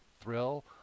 thrill